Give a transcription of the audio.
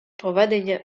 проведення